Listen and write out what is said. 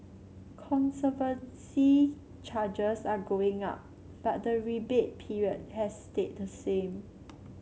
conservancy charges are going up but the rebate period has stayed the same